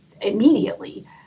immediately